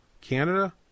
Canada